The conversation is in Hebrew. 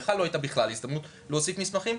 אז לך לא הייתה בכלל הזדמנות להוסיף מסמכים,